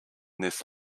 this